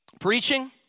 preaching